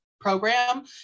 program